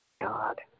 God